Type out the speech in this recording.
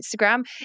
Instagram